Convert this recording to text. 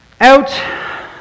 Out